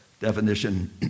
definition